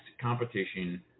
competition